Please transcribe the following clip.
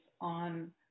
on